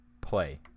play